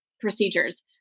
procedures